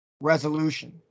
resolution